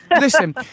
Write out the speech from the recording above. Listen